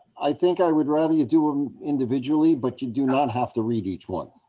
i think i would rather you do em individually, but you do not have to read each one.